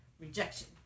rejection